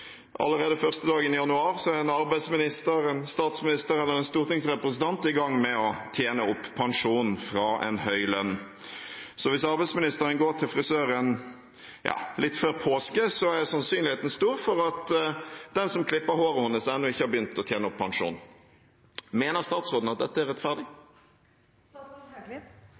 Allerede første dagen i januar er en arbeidsminister, en statsminister eller en stortingsrepresentant i gang med å tjene opp pensjon fra en høy lønn. Så hvis arbeidsministeren går til frisøren litt før påske, er sannsynligheten stor for at den som klipper håret hennes, ennå ikke har begynt å tjene opp pensjon. Mener statsråden at dette er rettferdig?